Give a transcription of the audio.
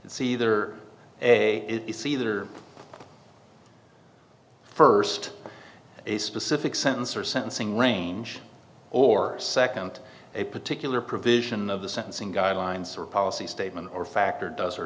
it's either a it's either first a specific sentence or sentencing range or second a particular provision of the sentencing guidelines or a policy statement or factor does or